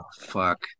fuck